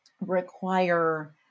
require